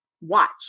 watch